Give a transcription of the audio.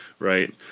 Right